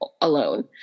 alone